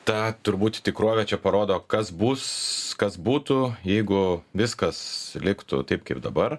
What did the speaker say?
tą turbūt tikrovė čia parodo kas bus kas būtų jeigu viskas liktų taip kaip dabar